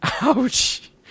Ouch